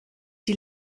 die